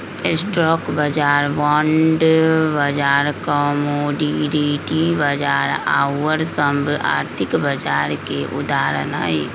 stock बाजार, bond बाजार, commodity बाजार आउर सभ आर्थिक बाजार के उदाहरण हइ